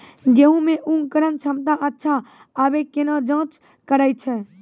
गेहूँ मे अंकुरन क्षमता अच्छा आबे केना जाँच करैय छै?